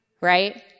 right